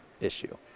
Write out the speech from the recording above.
issue